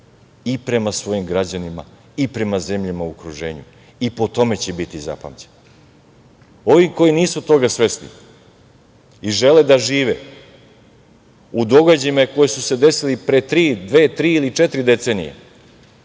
i prema svojim građanima i prema zemljama i u okruženju, i po tome će biti zapamćena. Ovi koji nisu toga svesni i žele da žive u događajima koji su se desili pre dve, tri ili četiri decenije,